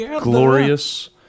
glorious